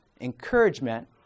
encouragement